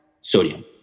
Sodium